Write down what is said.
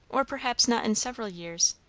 or perhaps not in several years.